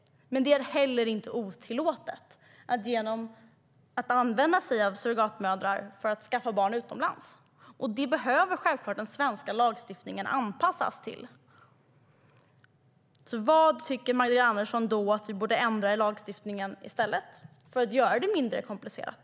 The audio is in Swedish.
Men det är inte heller otillåtet att använda sig av surrogatmödrar utomlands för att skaffa barn. Det behöver självklart den svenska lagstiftningen anpassas till. Vad tycker Magdalena Andersson att vi i stället borde ändra i lagstiftningen för att göra det mindre komplicerat?